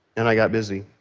and i got busy.